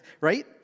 right